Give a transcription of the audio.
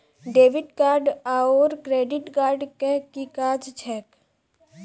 Debit card आओर credit card केँ की काज छैक?